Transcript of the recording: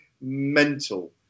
mental